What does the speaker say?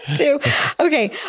Okay